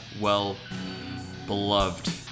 well-beloved